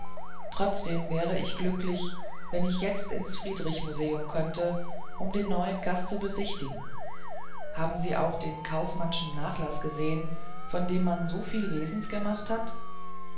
trotzdem wäre ich glücklich wenn ich jetzt ins friedrich museum könnte um den neuen gast zu besichtigen haben sie auch den kaufmannschen nachlaß gesehen von dem man so viel wesens gemacht hat